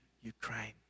Ukraine